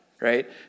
right